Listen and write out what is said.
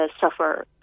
suffer